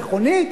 במכונית,